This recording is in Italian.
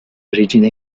origine